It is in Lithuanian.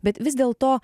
bet vis dėlto